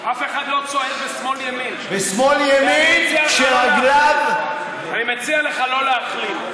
אף אחד לא צועד בשמאל-ימין ואני מציע לך לא להכליל.